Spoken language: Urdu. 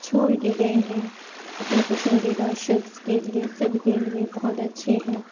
چھوڑ کے گئے ہیں اپنے پسندیدہ شخص کے لیے سب کے لیے بہت اچھے ہیں